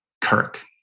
Kirk